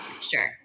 Sure